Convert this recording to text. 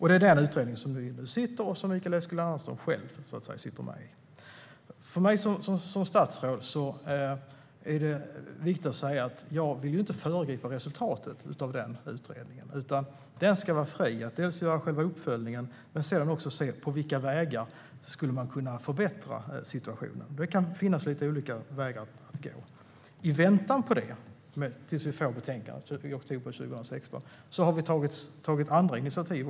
Det är den utredning som nu sitter och som Mikael Eskilandersson själv är med i. För mig som statsråd är det viktigt att säga att jag inte vill föregripa resultatet av den utredningen. Den ska i stället vara fri att inte bara göra själva uppföljningen utan också se på vilka vägar man skulle kunna ta för att förbättra situationen. Det kan finnas lite olika vägar att gå. I väntan på att vi får betänkandet i oktober 2016 har vi även tagit andra initiativ.